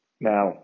Now